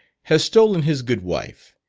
has stolen his good wife,